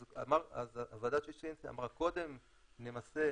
אז ועדת ששינסקי אמרה שקודם נמסה